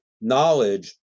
knowledge